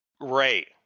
Right